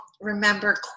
remember